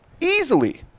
easily